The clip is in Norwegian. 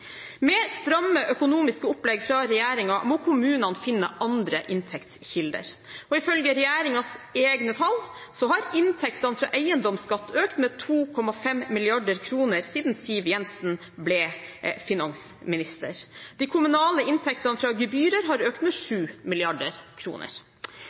Med stramme økonomiske opplegg fra regjeringen må kommunene finne andre inntektskilder. Ifølge regjeringens egne tall har inntektene fra eiendomsskatt økt med 2,5 mrd. kr siden Siv Jensen ble finansminister. De kommunale inntektene fra gebyrer har økt med